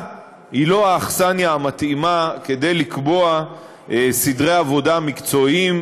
היא לא האכסניה המתאימה כדי לקבוע סדרי עבודה מקצועיים,